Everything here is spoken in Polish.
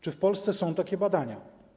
Czy w Polsce są takie badania?